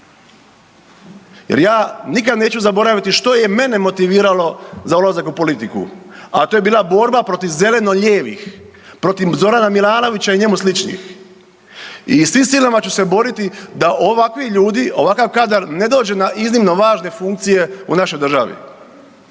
jer ja nikada neću zaboraviti što je mene motiviralo za ulazak u politiku, a to je bila borba protiv zeleno-lijevih, protiv Zorana Milanovića i njemu sličnih. I svim silama ću se boriti da ovakvi ljudi, ovakav kadar ne dođe na iznimno važne funkcije u našoj državi.